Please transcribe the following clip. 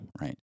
right